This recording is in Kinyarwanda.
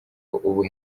ubu